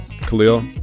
Khalil